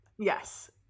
Yes